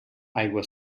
aigua